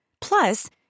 Plus